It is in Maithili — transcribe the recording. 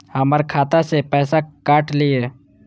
हमर खाता से पैसा काट लिए?